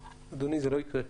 אדוני, זה לא יקרה.